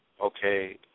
Okay